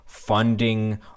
funding